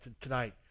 tonight